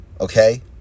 Okay